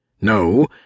No